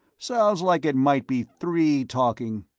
sounds like it might be three talking!